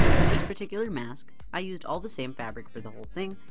for this particular mask, i used all the same fabric for the whole thing.